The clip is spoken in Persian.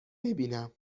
ببینم